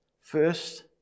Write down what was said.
First